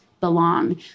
belong